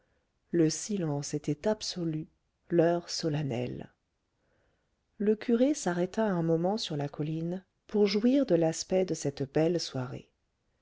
le silence était absolu l'heure solennelle le curé s'arrêta un moment sur la colline pour jouir de l'aspect de cette belle soirée